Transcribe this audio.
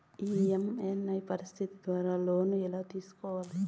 EMI పద్ధతి ద్వారా loan ఎలా తీసుకోవాలి